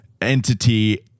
Entity